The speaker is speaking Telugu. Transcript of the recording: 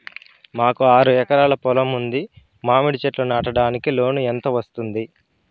మాకు ఆరు ఎకరాలు పొలం ఉంది, మామిడి చెట్లు నాటడానికి లోను ఎంత వస్తుంది?